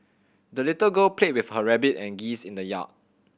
the little girl played with her rabbit and geese in the yard